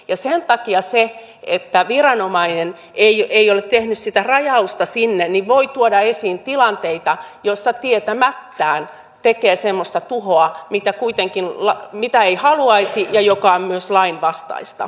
sen takia se että viranomainen ei ole tehnyt sitä rajausta sinne voi tuoda esiin tilanteita joissa tietämättään tekee semmoista tuhoa mitä ei haluaisi ja joka on myös lainvastaista